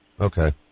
Okay